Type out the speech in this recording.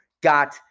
got